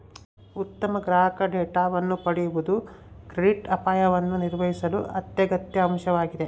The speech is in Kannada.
ಉತ್ತಮ ಗ್ರಾಹಕ ಡೇಟಾವನ್ನು ಪಡೆಯುವುದು ಕ್ರೆಡಿಟ್ ಅಪಾಯವನ್ನು ನಿರ್ವಹಿಸಲು ಅತ್ಯಗತ್ಯ ಅಂಶವಾಗ್ಯದ